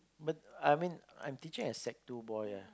but I'm mean I'm teaching a sec two boy